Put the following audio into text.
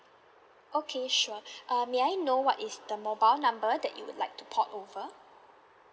okay sure um may I know what is the mobile number that you would like to port over